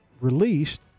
released